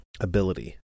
ability